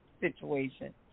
situation